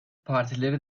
partileri